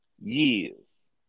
years